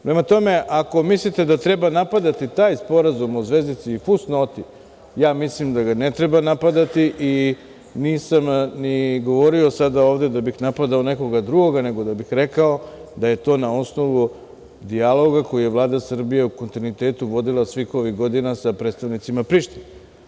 Prema tome, ako mislite da treba napadati taj sporazum o zvezdici i fusnoti, ja mislim da ga ne treba napadati i nisam ni govorio sada ovde da bih napadao nekoga drugoga, nego da bih rekao da je to na osnovu dijaloga koji je Vlada Srbije u kontinuitetu vodila svih ovih godina sa predstavnicima Prištine.